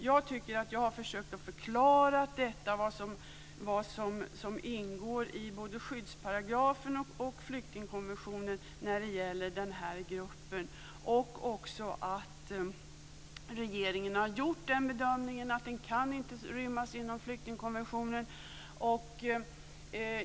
Jag har försökt förklara vad som ingår i både skyddsparagrafen och flyktingkonventionen när det gäller den här gruppen. Regeringen har gjort den bedömningen att den inte kan rymmas inom flyktingkonventionen.